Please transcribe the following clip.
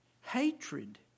hatred